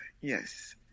Yes